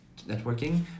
networking